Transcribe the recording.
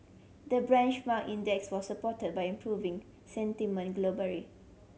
the branch mark index was supported by improving sentiment